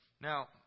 Now